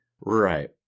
Right